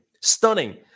Stunning